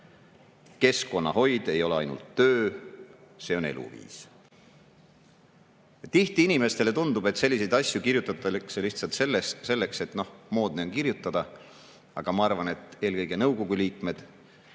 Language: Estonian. Keskkonnahoid ei ole ainult töö, see on eluviis. Tihti inimestele tundub, et selliseid asju kirjutatakse lihtsalt selleks, et moodne on nii kirjutada. Aga ma arvan, et eelkõige just nõukogu liikmed